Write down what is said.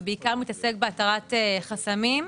ובעיקר מתעסק בהתרת חסמים,